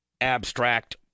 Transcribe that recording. abstract